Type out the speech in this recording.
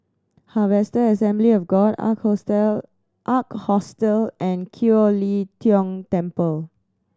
Harvester Assembly of God Ark Hostel Ark Hostle and Kiew Lee Tong Temple